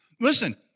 Listen